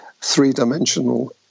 three-dimensional